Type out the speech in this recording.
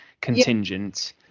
contingent